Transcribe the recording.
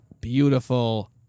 beautiful